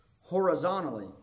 horizontally